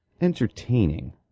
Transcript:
entertaining